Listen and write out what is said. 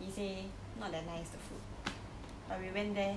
he say not that nice the food but we went there